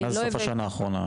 מה זה סוף השנה האחרונה?